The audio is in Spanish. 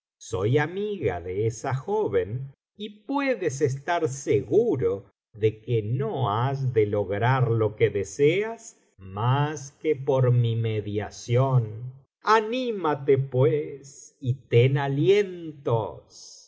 soy amiga de esa joven y puedes estar seguro de que no has de lograr lo que deseas mas que por mi mediación anímate pues y ten alientos